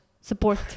support